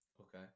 Okay